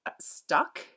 stuck